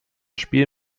spiel